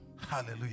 Hallelujah